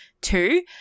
Two